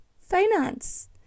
Finance